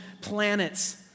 planets